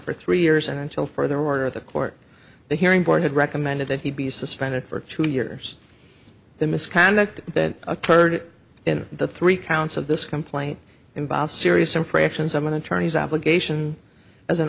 for three years and until further order of the court the hearing board had recommended that he be suspended for two years the misconduct that occurred in the three counts of this complaint involve serious infractions someone attorney's obligation as an